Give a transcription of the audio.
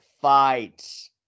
fights